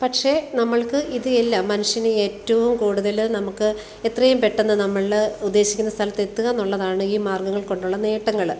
പക്ഷേ നമ്മൾക്ക് ഇത് എല്ലാം മനുഷ്യന് ഏറ്റോം കൂടുതൽ നമുക്ക് എത്രയും പെട്ടന്ന് നമ്മൾ ഉദ്ദേശിക്കുന്ന സ്ഥലത്തെത്തുകാന്നുള്ളതാണ് ഈ മാർഗ്ഗങ്ങൾ കൊണ്ടുള്ള നേട്ടങ്ങൾ